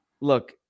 look